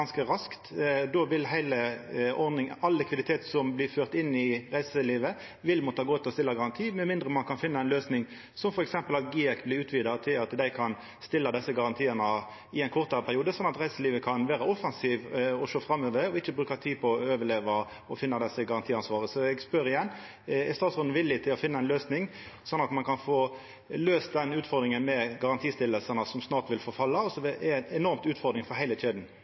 raskt. Då vil all likviditet som blir ført inn i reiselivet, måtta gå til å stilla garanti, med mindre ein kan finna ei løysing, som f.eks. at GIEK kan utvida til at dei kan stilla desse garantiane i ein kortare periode, slik at reiselivet kan vera offensive og sjå framover – ikkje bruka tida på å overleva og finna dei som har garantiansvaret. Så eg spør igjen: Er statsråden villig til å finna ei løysing, sånn at ein kan få løyst den utfordringa med garantistilling som snart vil forfalla? Det er ei enorm utfordring for heile kjeda.